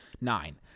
nine